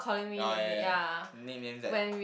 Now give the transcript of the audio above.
oh ya ya ya nicknames that